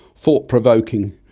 thought provoking,